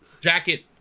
jacket